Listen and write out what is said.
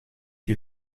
you